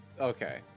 Okay